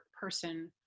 person